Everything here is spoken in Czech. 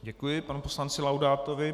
Děkuji panu poslanci Laudátovi.